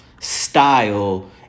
style